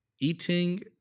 Eating